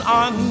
on